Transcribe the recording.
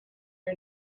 are